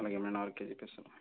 అలాగే మ్యాడమ్ నాలుగు కేజీలు పెసులు